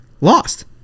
lost